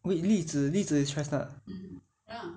栗子栗子 is chestnut ah